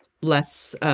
less